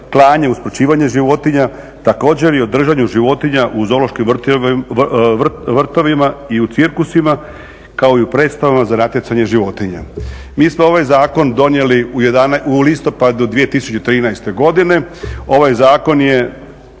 klanje, usmrćivanje životinja, također i o držanju životinja u zoološkim vrtovima i u cirkusima, kao i u predstavama za natjecanje životinja. Mi smo ovaj zakon donijeli u listopadu 2013. godine. Ovaj zakon je